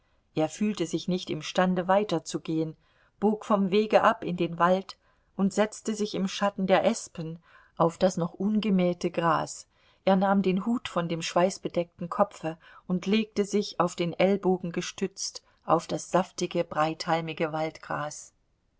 er fühlte sich nicht imstande weiterzugehen bog vom wege ab in den wald und setzte sich im schatten der espen auf das noch ungemähte gras er nahm den hut von dem schweißbedeckten kopfe und legte sich auf den ellbogen gestützt auf das saftige breithalmige waldgras